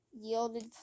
yielded